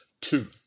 Two